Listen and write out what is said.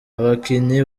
abakinnyi